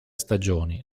stagioni